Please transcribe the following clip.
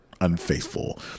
unfaithful